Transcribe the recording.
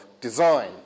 design